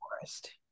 forest